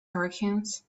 hurricanes